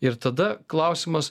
ir tada klausimas